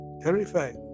terrified